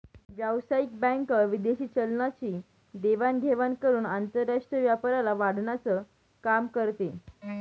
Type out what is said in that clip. व्यावसायिक बँक विदेशी चलनाची देवाण घेवाण करून आंतरराष्ट्रीय व्यापाराला वाढवण्याचं काम करते